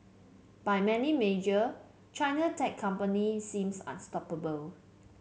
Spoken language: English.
by many measure China tech company seems unstoppable